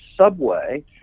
Subway